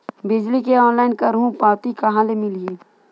बिजली के ऑनलाइन करहु पावती कहां ले मिलही?